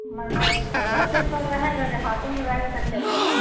منو روڈ ہی پر رہے گا دیہاتوں میں رہے گا تو چلے گا